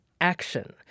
action